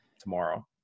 tomorrow